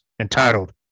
entitled